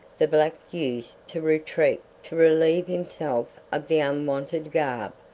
the black used to retreat to relieve himself of the unwonted garb,